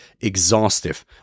exhaustive